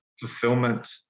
fulfillment